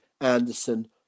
Anderson